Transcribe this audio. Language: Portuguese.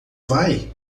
vai